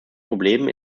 problemen